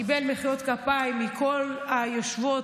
קיבל מחיאות כפיים מכל היושבות,